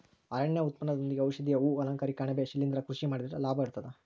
ಅರಣ್ಯ ಉತ್ಪನ್ನದೊಂದಿಗೆ ಔಷಧೀಯ ಹೂ ಅಲಂಕಾರಿಕ ಅಣಬೆ ಶಿಲಿಂದ್ರ ಕೃಷಿ ಮಾಡಿದ್ರೆ ಲಾಭ ಇರ್ತದ